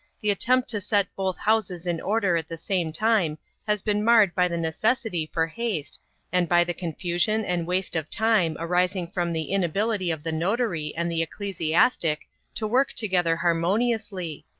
the attempt to set both houses in order at the same time has been marred by the necessity for haste and by the confusion and waste of time arising from the inability of the notary and the ecclesiastic to work together harmoniously,